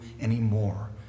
anymore